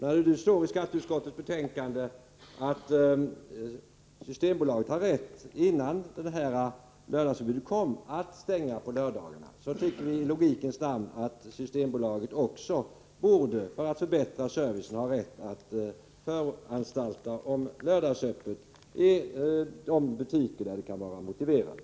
När det nu står i skatteutskottets betänkande att Systembolaget hade rätt att stänga på lördagar innan lördagsförbudet infördes, tycker vi i logikens namn att Systembolaget också borde ha rätt att, för att förbättra servicen, föranstalta om lördagsöppet i de butiker där det kan vara motiverat.